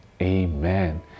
Amen